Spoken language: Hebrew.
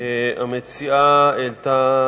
המציעה העלתה